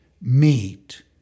Meet